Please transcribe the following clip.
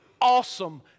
awesome